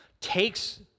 takes